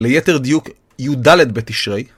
ליתר דיוק יד' בתשרי.